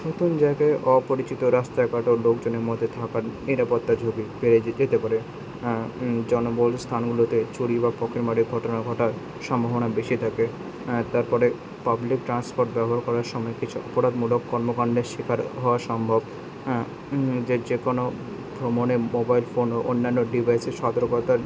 নতুন জায়গায় অপরিচিত রাস্তায় কত লোকজনের মধ্যে থাকার নিরাপত্তা ঝুঁকি তাপরে জনবহুল স্থানগুলোতে চুরি বা পকেটমারি ঘটনা ঘটার সম্ভাবনা বেশি থাকে তারপরে পাবলিক ট্রান্সপোর্ট ব্যবহার করার সময় কিছু অপরাধমূলক কর্মকান্ডের শিকার হওয়ার সম্ভব যে যেকোনো ভ্রমণে মোবাইল ফোন ও অন্যান্য ডিভাইসের সতর্কতা